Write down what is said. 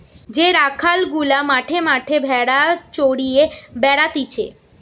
যে রাখাল গুলা মাঠে মাঠে ভেড়া চড়িয়ে বেড়াতিছে